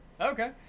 Okay